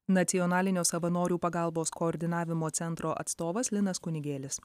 nacionalinio savanorių pagalbos koordinavimo centro atstovas linas kunigėlis